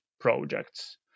projects